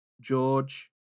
George